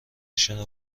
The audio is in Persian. شنا